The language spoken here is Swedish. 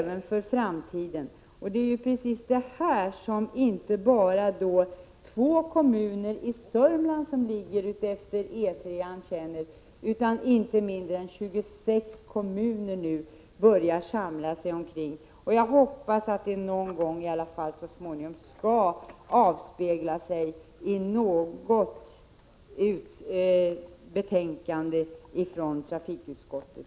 Detta är något som inte bara två kommuner i Södermanland som ligger utefter E 3-an känner, utan det är inte mindre än 26 kommuner som nu börjar samla sig kring strävandena att bevara E 3-an som en förbindelselänk mellan Stockholm och Göteborg. Jag hoppas att det så småningom skall avspegla sig i ett betänkande från trafikutskottet.